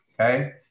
Okay